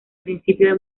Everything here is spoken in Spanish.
principio